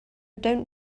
don’t